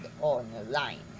online